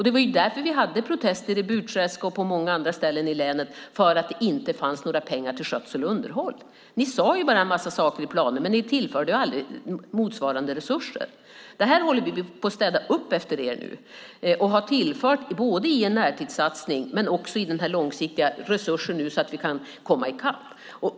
Det var protester i Burträsk och på många andra ställen i länet därför att det inte fanns några pengar till skötsel och underhåll. Ni sade bara en massa saker i planer, men ni tillförde aldrig motsvarande resurser. Vi håller på att städa upp efter er nu. Vi har tillfört resurser både i en närtidssatsning och långsiktigt så att vi kan komma i kapp.